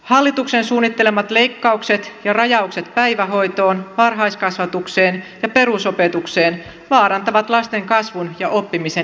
hallituksen suunnittelemat leikkaukset ja rajaukset päivähoitoon varhaiskasvatukseen ja perusopetukseen vaarantavat lasten kasvun ja oppimisen edellytyksiä